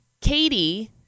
Katie